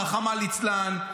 רחמנא ליצלן.